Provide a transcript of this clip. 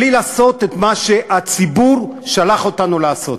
בלי לעשות את מה שהציבור שלח אותנו לעשות.